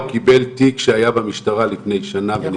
קיבל תיק שהיה במשטרה לפני שנה ונסגר.